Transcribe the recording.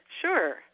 Sure